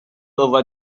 over